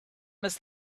must